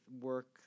work